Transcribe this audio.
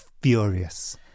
furious